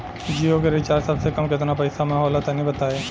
जियो के रिचार्ज सबसे कम केतना पईसा म होला तनि बताई?